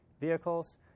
vehicles